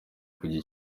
kujya